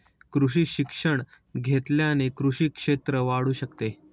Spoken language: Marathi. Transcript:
कृषी शिक्षण घेतल्याने कृषी क्षेत्र वाढू शकते